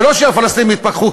ולא שהפלסטינים יתפכחו,